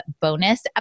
bonus